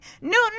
Newton